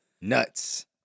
Nuts